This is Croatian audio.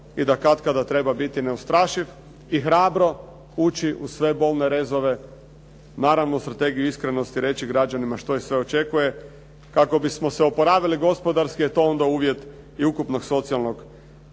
i da katkada treba biti neustrašiv i hrabro ući u sve bolne rezove, naravno u strategiju iskrenosti reći građanima što ih sve očekuje, kako bismo se oporavili gospodarski, a to je uvjet i ukupnog socijalnog